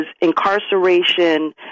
incarceration